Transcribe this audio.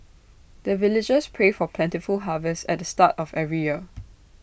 the villagers pray for plentiful harvest at the start of every year